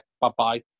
bye-bye